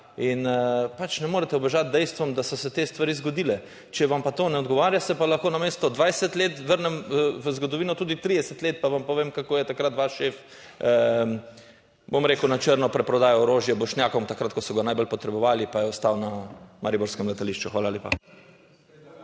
in pač ne morete ubežati dejstvom, da so se te stvari zgodile. Če vam pa to ne odgovarja, se pa lahko namesto 20 let vrnem v zgodovino, tudi 30 let pa vam povem, kako je takrat vaš šef bom rekel na črno preprodaja orožja Bošnjakom, takrat ko so ga najbolj potrebovali pa je ostal na mariborskem letališču. Hvala lepa.